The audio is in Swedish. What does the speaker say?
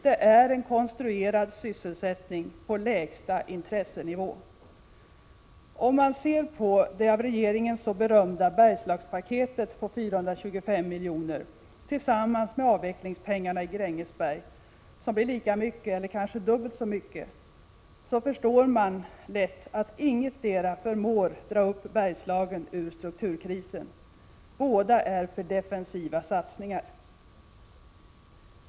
Det är en konstruerad sysselsättning på lägsta intressenivå. Om man ser på det av regeringen så berömda Bergslagspaketet på 425 miljoner tillsammans med avvecklingspengarna i Grängesberg, som blir lika mycket, eller kanske dubbelt så mycket, så förstår man lätt att ingetdera förmår dra upp Bergslagen ur strukturkrisen. Båda är för defensiva satsningar.